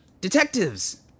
Detectives